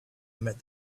met